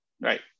Right